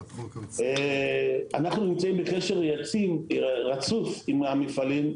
אנחנו נמצאים בקשר רצוף עם המפעלים.